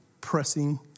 pressing